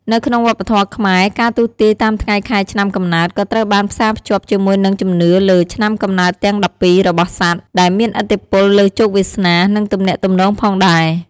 នៅក្នុងវប្បធម៌ខ្មែរ ការទស្សន៍ទាយតាមថ្ងៃខែឆ្នាំកំណើតក៏ត្រូវបានផ្សារភ្ជាប់ជាមួយនឹងជំនឿលើ ឆ្នាំកំណើតទាំង ១២ របស់សត្វ ដែលមានឥទ្ធិពលលើជោគវាសនា និងទំនាក់ទំនងផងដែរ។